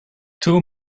two